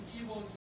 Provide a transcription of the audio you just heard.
evil